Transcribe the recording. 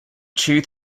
chew